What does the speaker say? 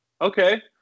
okay